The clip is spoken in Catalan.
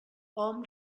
hom